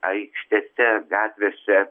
aikštėse gatvėse